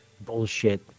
bullshit